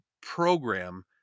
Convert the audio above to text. program